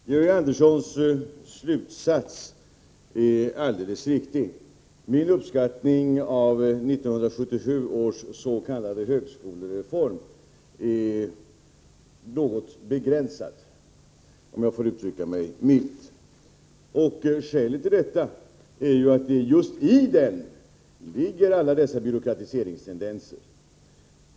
Herr talman! Georg Anderssons slutsats är alldeles riktig: Min uppskattning av 1977 års s.k. högskolereform är något begränsad, om jag får uttrycka mig milt. Skälet till detta är att just i den här s.k. reformen ligger alla dessa byråkratiseringstendenser.